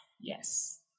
Yes